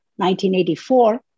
1984